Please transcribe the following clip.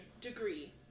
degree